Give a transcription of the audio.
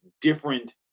different